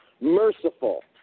merciful